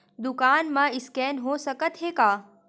दुकान मा स्कैन हो सकत हे का?